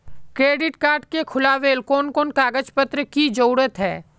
Credit card के खुलावेले कोन कोन कागज पत्र की जरूरत है?